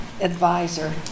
advisor